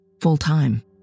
full-time